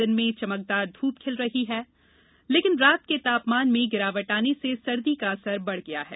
दिन में चमकदार ध्रप खिल रही है लेकिन रात के तापमान में गिरावट आने से सर्दी का असर बढ़ रहा है